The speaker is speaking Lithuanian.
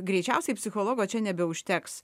greičiausiai psichologo čia nebeužteks